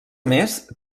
més